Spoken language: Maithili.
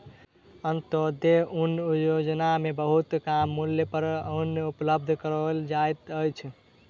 अन्त्योदय अन्न योजना में बहुत कम मूल्य पर अन्न उपलब्ध कराओल जाइत अछि